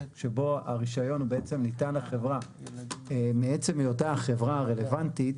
שבו הרישיון בעצם ניתן לחברה מעצם היותה חברה רלוונטית,